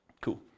Cool